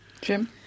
Jim